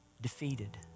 defeated